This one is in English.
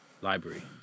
library